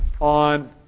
on